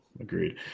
Agreed